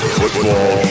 football